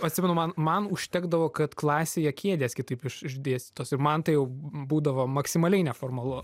atsimenu man man užtekdavo kad klasėje kėdės kitaip iš išdėstytos ir man tai jau būdavo maksimaliai neformalu